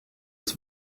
das